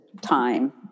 time